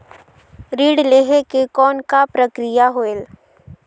ऋण लहे के कौन का प्रक्रिया होयल?